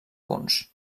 punts